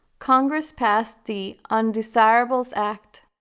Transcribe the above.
congress passed the undesirables act,